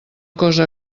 cosa